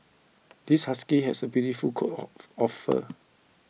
this husky has a beautiful coat of of fur